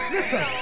Listen